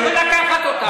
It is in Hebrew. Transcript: אתה יכול לקחת אותם.